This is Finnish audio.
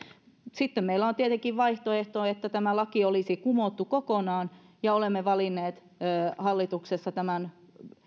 sitten meillä on tietenkin vaihtoehto että tämä laki olisi kumottu kokonaan ja olemme valinneet hallituksessa tämän